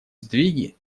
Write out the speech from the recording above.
сдвиги